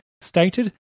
stated